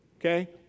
Okay